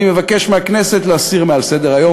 אני מבקש מהכנסת להסיר מעל סדר-היום.